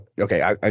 Okay